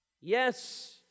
Yes